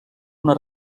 una